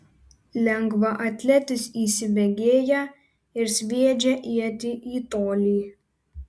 lengvaatletis įsibėgėja ir sviedžia ietį į tolį